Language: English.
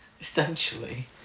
Essentially